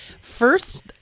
first